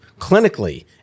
clinically